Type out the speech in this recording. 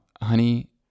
honey